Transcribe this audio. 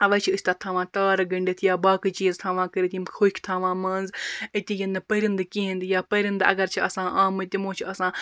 اَوے چھِ أسۍ تَتھ تھاوان تارٕ گٔنڈِتھ یا باقی چیٖز تھاوان کٔرِتھ یِم کھوٚکھۍ تھاوان مَنٛز أتی یِن نہٕ پرندٕ کِہیٖنہِ یا پرندٕ اَگَر چھِ آسان آمٕتۍ تِمو چھِ آسان